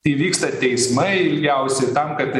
tai vyksta teismai ilgiausi tam kad